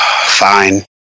Fine